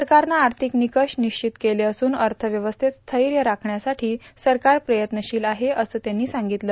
सरकारनं आर्थिक निकष निश्चित केले असून अर्थव्यवस्थेत स्थैर्य राखण्यासाठी सरकार प्रयत्नशील आहे असं त्यांनी सांगितलं